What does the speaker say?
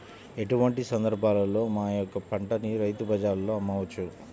ఎటువంటి సందర్బాలలో మా యొక్క పంటని రైతు బజార్లలో అమ్మవచ్చు?